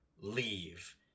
Leave